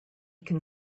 can